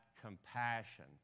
compassion